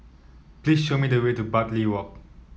please show me the way to Bartley Walk